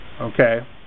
Okay